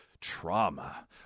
trauma